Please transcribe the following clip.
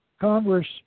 Congress